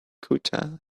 ceuta